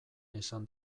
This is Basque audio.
esan